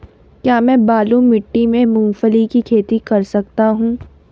क्या मैं बालू मिट्टी में मूंगफली की खेती कर सकता हूँ?